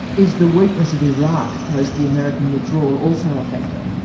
is the weakness of iraq, post the american withdrawal, also a factor?